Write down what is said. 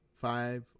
five